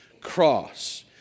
cross